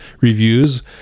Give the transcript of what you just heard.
reviews